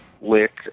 lick